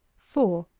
four.